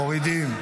מורידים.